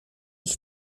ich